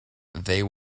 there